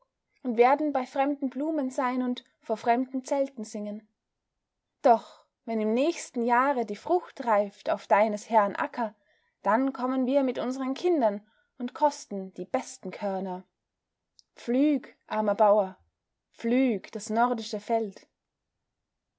und werden bei fremden blumen sein und vor fremden zelten singen doch wenn im nächsten jahre die frucht reift auf deines herrn acker dann kommen wir mit unsern kindern und kosten die besten körner pflüg armer bauer pflüg das nordische feld